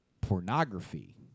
pornography